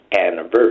anniversary